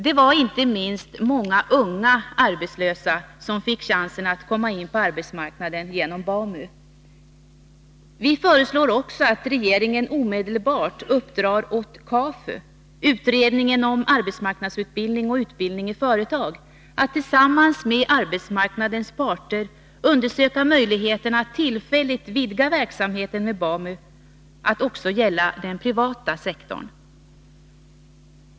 Det var inte minst många unga arbetslösa som fick chansen att komma in på arbetsmarknaden genom BAMU. Vi föreslår också att regeringen omedelbart uppdrar åt KAFU, utredningen om arbetsmarknadsutbildning och utbildning i företag, att tillsammans med arbetsmarknadens parter undersöka möjligheterna att tillfälligt vidga verksamheten med BAMU att också gälla den privata sektorn.